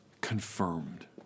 confirmed